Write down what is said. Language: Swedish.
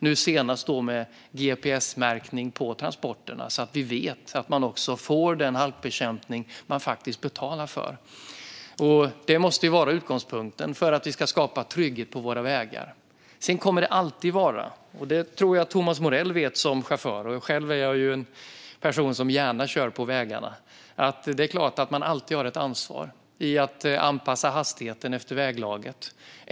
Nu senast handlade det om gps-märkning på transporterna så att man vet att man får den halkbekämpning man betalar för. Detta måste vara utgångspunkten för att vi ska skapa trygghet på våra vägar. Thomas Morell är själv chaufför, och jag är en person som gärna kör på vägarna. Det kommer alltid vara så att man själv har ett ansvar att anpassa hastigheten efter väglaget.